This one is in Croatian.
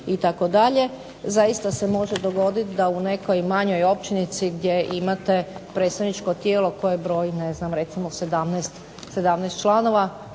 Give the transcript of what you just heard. Zaista se može dogoditi da u nekoj manjoj općinici gdje imate predstavničko tijelo koje broji ne znam